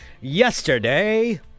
yesterday